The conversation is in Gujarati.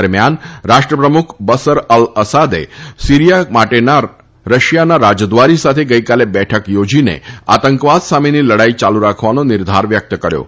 દરમિયાન રાષ્ટ્ર પ્રમુખ બસર અલ અસાદે સીરીયા માટેના રશિયાના રાજદ્વારી સાથે ગઇકાલે બેઠક થોજીને આતંકવાદ સામેની લડાઇ યાલુ રાખવાનો નિર્ધાર વ્યકત કર્યો હતો